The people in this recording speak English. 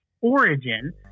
origin